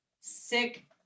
sick